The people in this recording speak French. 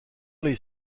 les